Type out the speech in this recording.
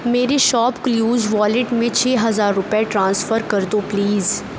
میرے ShopClues wallet میں چھ ہزار روپئے ٹرانسفر کر دو پلیز